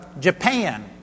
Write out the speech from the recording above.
Japan